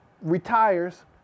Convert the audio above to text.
retires